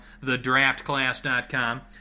thedraftclass.com